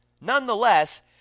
Nonetheless